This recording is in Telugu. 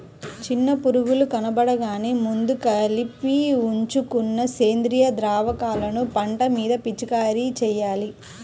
చిన్న పురుగులు కనబడగానే ముందే కలిపి ఉంచుకున్న సేంద్రియ ద్రావకాలను పంట మీద పిచికారీ చెయ్యాలి